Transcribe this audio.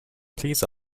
please